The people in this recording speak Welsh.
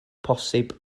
posib